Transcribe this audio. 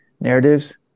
narratives